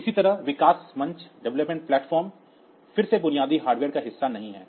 इसी तरह विकास मंच फिर से बुनियादी हार्डवेयर का हिस्सा नहीं है